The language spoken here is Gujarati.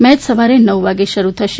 મેય સવારે નવ વાગે શરૂ થશે